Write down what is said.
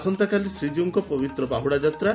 ଆସନ୍ତାକାଲି ଶ୍ରୀଜିଉଙ୍କ ପବିତ୍ର ବାହୁଡ଼ାଯାତ୍ରା